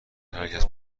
هرکس